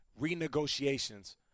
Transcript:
renegotiations